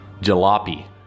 Jalopy